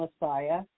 Messiah